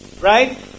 right